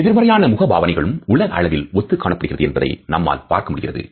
எதிர்மறையான முக பாவனைகளும் உலக அளவில் ஒத்து காணப்படுகிறது என்பதை நம்மால் பார்க்க முடிகிறது